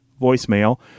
voicemail